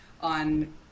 on